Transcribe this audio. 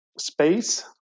space